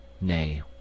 Nay